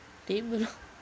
table